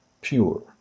pure